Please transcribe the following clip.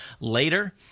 later